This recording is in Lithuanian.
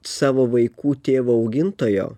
savo vaikų tėvo augintojo